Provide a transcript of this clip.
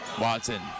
Watson